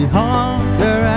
hunger